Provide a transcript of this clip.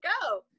go